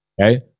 Okay